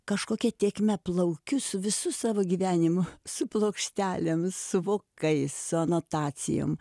kažkokia tėkme plaukiu su visu savo gyvenimu su plokštelėmis su vokais su anotacijom